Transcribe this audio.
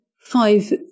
five